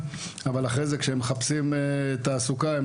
אבל לאחר מכן כשהם מחפשים תעסוקה הם